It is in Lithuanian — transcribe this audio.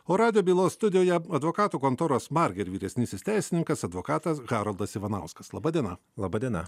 o rado bylos studijoje advokatų kontoros marger ir vyresnysis teisininkas advokatas haroldas ivanauskas laba diena laba diena